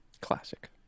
Classic